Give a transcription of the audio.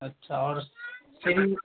अच्छा और सभी